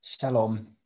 Shalom